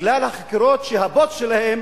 בגלל החקירות שהבוס שלהם